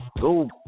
Go